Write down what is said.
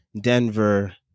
Denver